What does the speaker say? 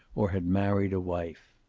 or had married a wife.